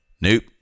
nope